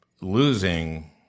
losing